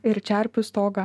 ir čerpių stogą